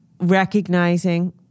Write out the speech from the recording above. recognizing